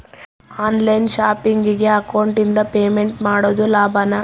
On line ಶಾಪಿಂಗಿಗೆ ಅಕೌಂಟಿಂದ payment ಮಾಡೋದು ಲಾಭಾನ?